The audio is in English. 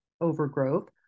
overgrowth